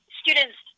students